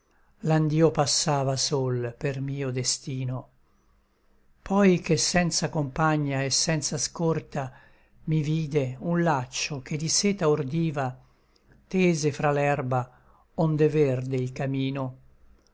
nd'io passava sol per mio destino poi che senza compagna et senza scorta mi vide un laccio che di seta ordiva tese fra l'erba ond'è verde il camino